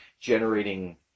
generating